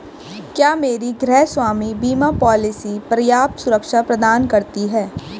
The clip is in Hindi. क्या मेरी गृहस्वामी बीमा पॉलिसी पर्याप्त सुरक्षा प्रदान करती है?